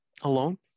alone